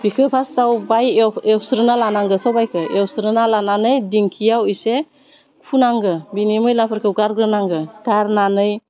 बेखो फास्टआव बाय एव एवस्रोना लानांगौ सबाइखौ एवस्रोना लानानै दिंखियाव एसे फुनांगौ बिनि मैलाफोरखौ गारग्रोनांगो गारनानै